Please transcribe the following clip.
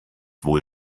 wohl